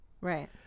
Right